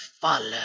Follow